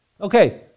Okay